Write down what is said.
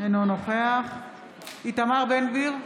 אינו נוכח איתמר בן גביר,